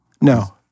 No